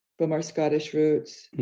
from our scottish roots,